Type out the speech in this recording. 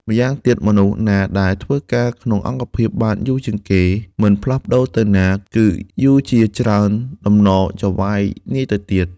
ម្យ៉ាងទៀត មនុស្សណាដែលធ្វើការក្នុងអង្គភាពបានយូរជាងគេមិនផ្លាស់ប្ដូរទៅណា គឺយូរជាច្រើនតំណចៅហ្វាយនាយទៅទៀត ។